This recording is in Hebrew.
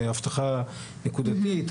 אבטחה נקודתית,